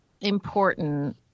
important